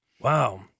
Wow